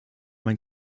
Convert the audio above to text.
mein